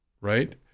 Right